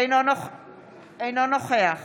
אינו נוכח